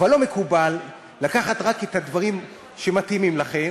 אבל לא מקובל לקחת רק את הדברים שמתאימים לכם